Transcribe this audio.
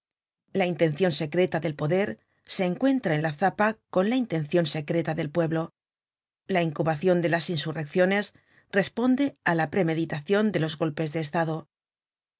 la intencion secreta del poder se encuentra en la zapa con la intencion secretadel pueblo la incubacion de las insurrecciones responde á la premeditacion de los golpes de estado no